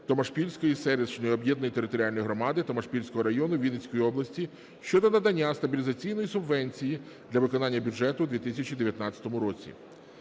Томашпільської селищної об'єднаної територіальної громади Томашпільського району Вінницької області щодо надання стабілізаційної субвенції для виконання бюджету у 2019 році.